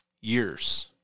years